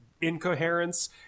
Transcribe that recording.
incoherence